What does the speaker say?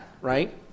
right